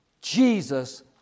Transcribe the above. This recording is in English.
Jesus